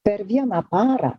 per vieną parą